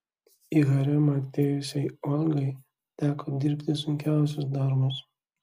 į haremą atėjusiai olgai teko dirbti sunkiausius darbus